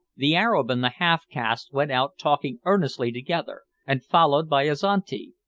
the arab and the half-caste went out talking earnestly together, and followed by azinte,